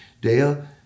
Dale